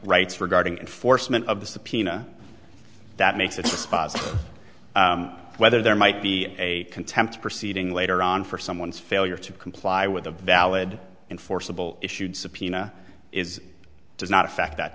rights regarding enforcement of the subpoena that makes it whether there might be a contempt proceeding later on for someone's failure to comply with a valid enforceable issued subpoena is does not affect that